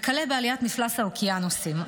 וכלה בעליית מפלס האוקיינוסים,